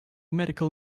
medical